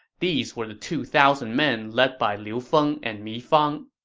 these were the two thousand men led by liu feng and mi fang.